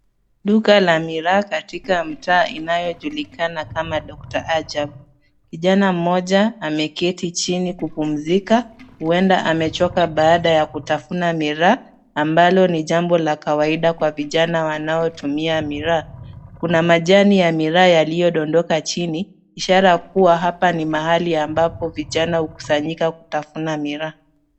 Duka la miraa katika mtaa inayojulikana kama Dr. Ajab. Kijana mmoja ameketi chini kupumzika, huenda amechoka baada ya kutafuna miraa, ambalo ni jambo la kawaida kwa vijana wanaotumia miraa. Kuna majani ya miraa yaliyodondoka chini ishara kuwa hapa ni mahali ambapo vijana hukusanyika kutafuna miraa.